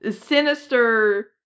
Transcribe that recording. sinister